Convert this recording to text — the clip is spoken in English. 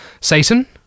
Satan